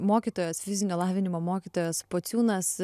mokytojas fizinio lavinimo mokytojas pociūnas